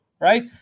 right